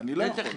לא יכול לבודד.